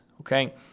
okay